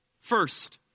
First